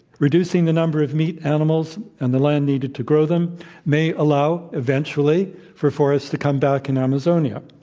reducing the number of meat animals and the land needed to grow them may allow, eventually, for forests to come back in amazonia,